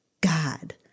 God